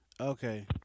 Okay